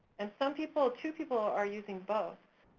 and some people, two people, are using both.